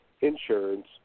insurance